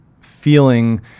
feeling